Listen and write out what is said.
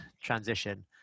transition